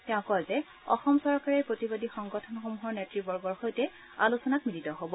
তেওঁ কয় যে অসম চৰকাৰে প্ৰতিবাদী সংগঠনসমূহৰ নেতবৰ্গৰ সৈতে আলোচনাত মিলিত হব